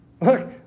Look